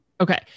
Okay